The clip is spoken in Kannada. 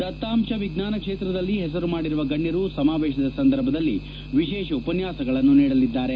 ದತ್ತಾಂಶ ವಿಜ್ಞಾನ ಕ್ಷೇತ್ರದಲ್ಲಿ ಹೆಸರು ಮಾಡಿರುವ ಗಣ್ಯರು ಸಮಾವೇಶದಲ್ಲಿ ಸಂದರ್ಭದಲ್ಲಿ ವಿಶೇಷ ಉಪನ್ಯಾಸಗಳನ್ನು ನೀಡಲಿದ್ದಾರೆ